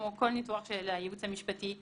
כמו כל ניתוח של הייעוץ המשפטי,